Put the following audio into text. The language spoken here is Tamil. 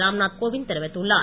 ராம்நாத் கோவிந்த் தெரிவித்துள்ளார்